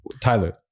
Tyler